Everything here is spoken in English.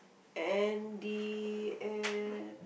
and the uh